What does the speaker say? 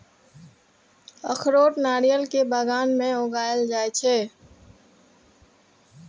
अखरोट नारियल के बगान मे उगाएल जाइ छै